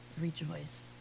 rejoice